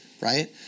right